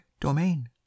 domain